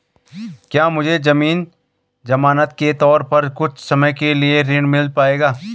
क्या मुझे ज़मीन ज़मानत के तौर पर कुछ समय के लिए ऋण मिल पाएगा?